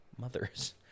mothers